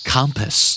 Compass